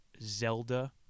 zelda